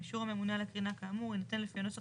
אישור הממונה על הקרינה כאמור יינתן לפי הנוסח